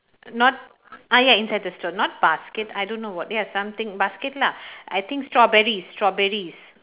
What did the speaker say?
not ah ya inside the store not basket I don't know what ya something basket lah I think strawberries strawberries